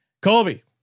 Colby